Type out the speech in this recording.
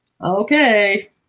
okay